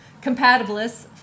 compatibilists